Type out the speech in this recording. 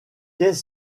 qu’est